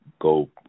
go